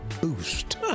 boost